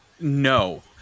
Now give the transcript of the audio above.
No